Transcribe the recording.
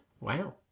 Wow